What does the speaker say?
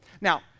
Now